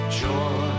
joy